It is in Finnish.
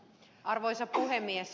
arvoisa puhemies